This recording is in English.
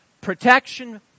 Protection